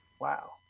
Wow